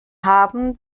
haben